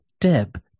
Deb